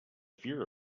fear